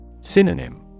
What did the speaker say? Synonym